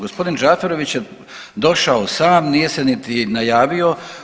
Gospodin Đafirović je došao sam, nije se niti najavio.